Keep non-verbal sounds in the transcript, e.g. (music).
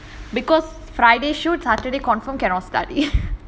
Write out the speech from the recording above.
because friday shoot saturday confirm cannot study (laughs)